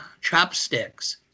chopsticks